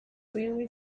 railway